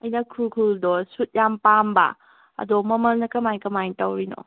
ꯑꯩꯅ ꯈꯨꯔꯈꯨꯜꯗꯣ ꯁꯨꯠ ꯌꯥꯝ ꯄꯥꯝꯕ ꯑꯗꯣ ꯃꯃꯜꯅ ꯀꯃꯥꯏ ꯀꯃꯥꯏꯅ ꯇꯧꯔꯤꯅꯣ